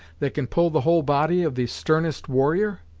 that can pull the whole body of the sternest warrior?